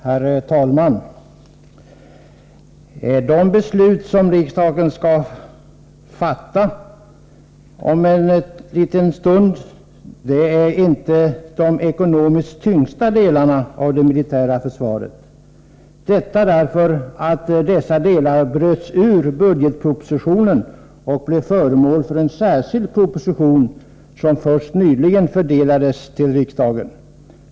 Herr talman! De beslut riksdagen om en liten stund skall fatta omfattar inte de ekonomiskt tyngsta delarna av det militära försvaret. Detta beror på att dessa delar bröts ut ur budgetpropositionen och blev föremål för en särskild proposition, som först nyligen förelades riksdagen.